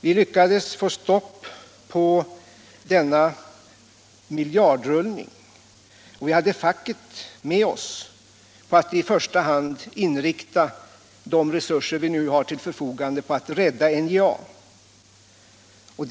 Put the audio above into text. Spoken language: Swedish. Vi lyckades få stopp på miljardrullningen, och vi hade facket med oss på att inrikta de resurser som vi hade till förfogande på att i första hand rädda NJA.